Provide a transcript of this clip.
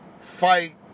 fight